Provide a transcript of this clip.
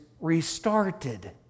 restarted